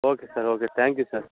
okay sir okay thank you sir